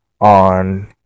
on